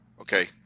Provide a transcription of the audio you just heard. Okay